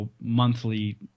monthly